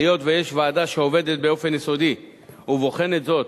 היות שיש ועדה שעובדת באופן יסודי ובוחנת זאת,